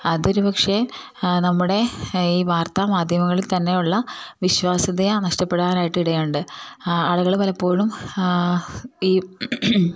അത് ഒരു പക്ഷെ നമ്മുടെ ഈ വാർത്താ മാധ്യമങ്ങളിൽ തന്നെയുള്ള വിശ്വാസ്യതയെ നഷ്ടപ്പെടാനായിട്ട് ഇടയുണ്ട് ആളുകൾ പലപ്പോഴും ഈ